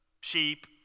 sheep